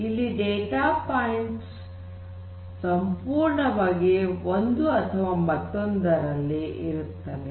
ಇಲ್ಲಿ data points ಸಂಪೂರ್ಣವಾಗಿ ಒಂದು ಅಥವಾ ಮತ್ತೊಂದರಲ್ಲಿ ಇರುತ್ತವೆ